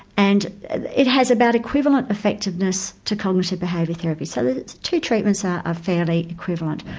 and it has about equivalent effectiveness to cognitive behaviour therapy, so the two treatments are ah fairly equivalent.